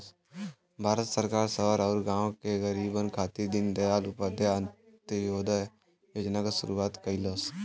भारत सरकार शहर आउर गाँव के गरीबन खातिर दीनदयाल उपाध्याय अंत्योदय योजना क शुरूआत कइलस